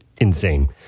insane